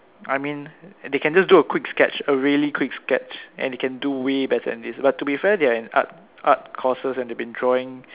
I mean they can just do a quick sketch a really quick sketch and they can do way better than this but to be fair they are in art art courses and they've been drawing